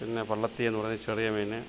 പിന്നെ പള്ളത്തിയെന്ന് പറയുന്ന ചെറിയ മീൻ